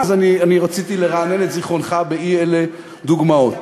אז אני רציתי לרענן את זיכרונך באי-אלה דוגמאות.